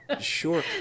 Sure